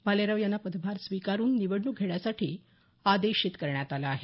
भालेराव यांना पदभार स्वीकारुन निवडणूक घेण्यासाठी आदेशित करण्यात आलं आहे